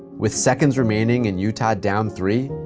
with seconds remaining and utah down three,